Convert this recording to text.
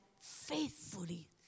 faithfully